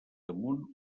damunt